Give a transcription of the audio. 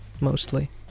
mostly